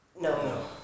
No